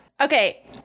Okay